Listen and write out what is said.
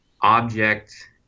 object